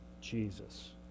Jesus